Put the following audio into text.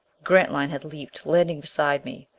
grantline had leaped, landing beside me.